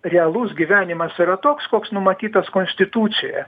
realus gyvenimas yra toks koks numatytas konstitucijoje